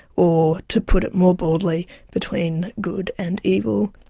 or to put it more broadly, between good and evil,